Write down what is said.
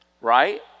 Right